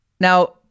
Now